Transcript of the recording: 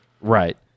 Right